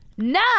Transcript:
No